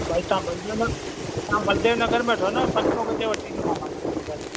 भई तव्हां बलदेव नगर तव्हां बलदेव नगर में वठो न पंज सौ गज जो वठी ॾींदोमांव मां तव्हां खे पंजाह लखे